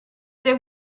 they